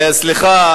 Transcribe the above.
סליחה.